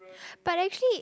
but actually